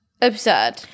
Absurd